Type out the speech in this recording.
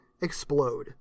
explode